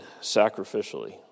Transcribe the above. sacrificially